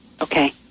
Okay